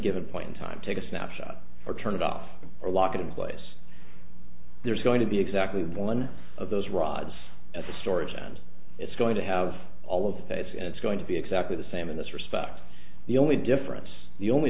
given point in time take a snapshot or turn it off or lock it in place there's going to be exactly one of those rods at the storage and it's going to have all of the face and it's going to be exactly the same in this respect the only difference the only